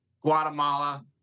Guatemala